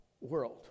world